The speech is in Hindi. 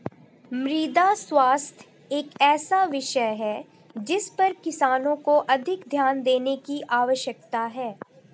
मृदा स्वास्थ्य एक ऐसा विषय है जिस पर किसानों को अधिक ध्यान देने की आवश्यकता है